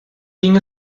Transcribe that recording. ging